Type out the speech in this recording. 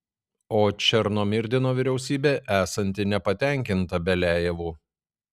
o černomyrdino vyriausybė esanti nepatenkinta beliajevu